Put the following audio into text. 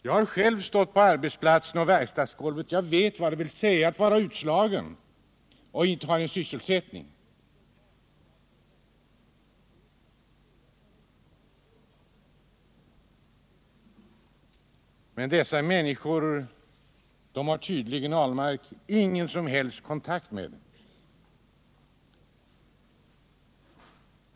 Jag har själv stått på ett verkstadsgolv och vet vad det vill säga att vara utslagen, att inte ha en sysselsättning. Men dessa människor har tydligen Ahlmark ingen som helst kontakt med.